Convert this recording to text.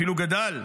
אפילו גדל.